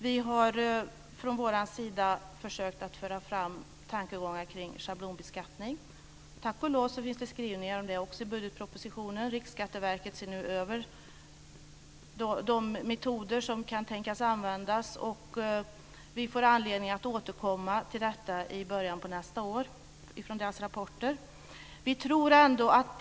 Vi har från vår sida försökt föra fram tankegångar om sjablonbeskattning. Det finns tack och lov skrivningar också om detta i budgetpropositionen. Riksskatteverket ser nu över de metoder som kan tänkas bli använda. Vi får anledning att återkomma till detta i och med rapporten i början på nästa år.